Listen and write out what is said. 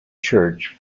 church